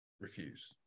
refuse